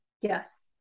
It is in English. Yes